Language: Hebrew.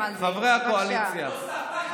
בבקשה, חבר הכנסת אופיר כץ.